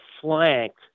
flanked